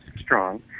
strong